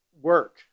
work